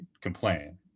complain